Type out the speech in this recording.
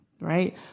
right